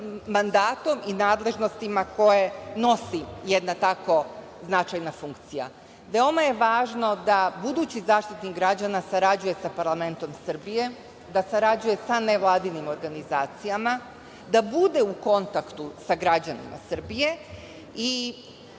mandatom i nadležnostima koje nosi jedna tako značajna funkcija. Veoma je važno da budući Zaštitnik građana sarađuje sa parlamentom Srbije, da sarađuje sa nevladinim organizacijama, da bude u kontaktu sa građanima Srbije.